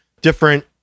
different